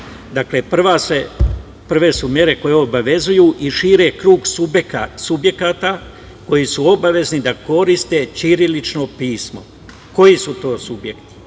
važno. Dakle, prve mere su koje obavezuju i šire krug subjekata koji su obavezni da koriste ćirilično pismo. Koji su to subjekti?